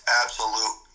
absolute